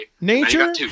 Nature